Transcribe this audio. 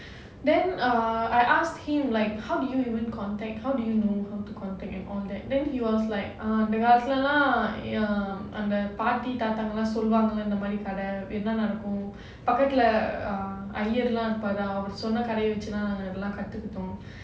then ah I asked him like how did you even contact how do you know who to contact and all that then he was like ah அந்த காலத்துலலாம் அந்த பாட்டி தாத்தா சொல்லுவாங்கல இந்த மாதிரி கதை என்ன நடக்கும் பக்கத்துல ஐயர் லாம் இருப்பாரு அவரு சொன்ன கதை வெச்சு தான் எல்லாம் கத்துக்கிட்டோம்:andha kaalathula andha patti thatha solluvaangla indha maathiri kadha pakathula iyer irupaaru avaru sonna vechu dhan ellaam kathukitom